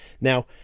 Now